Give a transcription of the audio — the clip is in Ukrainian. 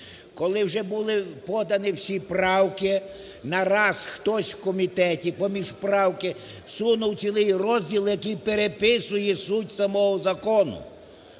Коли вже були подані всі правки, нараз хтось в комітеті поміж правки сунув цілий розділ, який переписує суть самого закону,